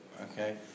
okay